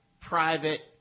private